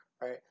right